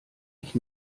ich